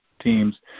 teams